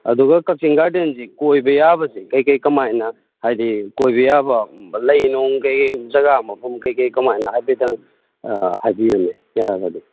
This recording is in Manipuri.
ꯑꯗꯨꯒ ꯀꯛꯆꯤꯡ ꯒꯥꯔꯗꯦꯟꯁꯤ ꯀꯣꯏꯕ ꯌꯥꯕꯁꯤ ꯀꯩꯔꯤ ꯀꯩꯔꯤ ꯀꯃꯥꯏꯅ ꯍꯥꯏꯕꯗꯤ ꯀꯣꯏꯕ ꯌꯥꯕ ꯂꯩꯅꯨꯡ ꯀꯩ ꯖꯥꯒꯥ ꯃꯐꯝ ꯀꯩꯔꯤ ꯀꯩꯔꯤ ꯀꯃꯥꯏꯅ ꯍꯥꯏꯐꯦꯠꯇꯪ ꯑꯥ ꯍꯥꯏꯕꯤꯌꯨꯅꯦ ꯌꯥꯔꯒꯗꯤ